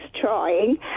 trying